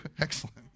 Excellent